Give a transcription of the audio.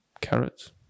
carrots